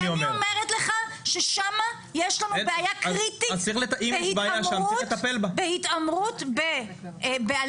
אז אני אומרת לך ששם יש לנו בעיה קריטית בהתעמרות בבעלים,